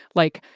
like,